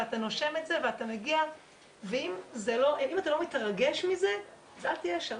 ואתה נושם את זה ואתה מגיע ואם אתה לא מתרגש מזה אל תהיה שם,